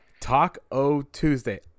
Talk-O-Tuesday